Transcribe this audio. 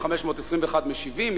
521 משיבים,